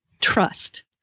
Trust